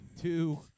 Two